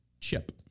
chip